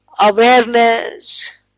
awareness